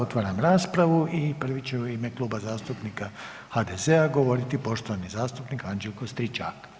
Otvaram raspravu i prvi će u ime Kluba zastupnika HDZ-a govoriti poštovani zastupnik Anđelko Stričak.